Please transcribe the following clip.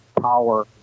power